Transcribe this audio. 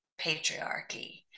patriarchy